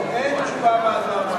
אין תשובה והצבעה,